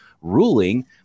ruling